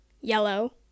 yellow